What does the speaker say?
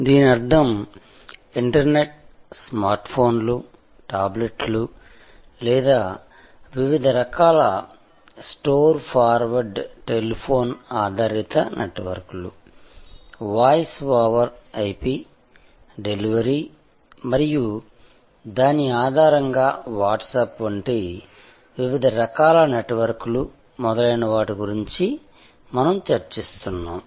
దీని అర్థం ఇంటర్నెట్ స్మార్ట్ఫోన్లు టాబ్లెట్లు లేదా వివిధ రకాల స్టోర్ ఫార్వర్డ్ టెలిఫోన్ ఆధారిత నెట్వర్క్లు వాయిస్ ఓవర్ IP డెలివరీ మరియు దాని ఆధారంగా వాట్సాప్ వంటి వివిధ రకాల నెట్వర్క్లు మొదలైన వాటి గురించి మనం చర్చిస్తున్నాము